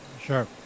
Sure